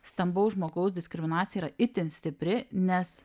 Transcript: stambaus žmogaus diskriminacija yra itin stipri nes